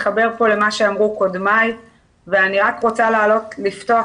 אני אתחבר למה שאמרו קודמיי ואני רוצה לפתוח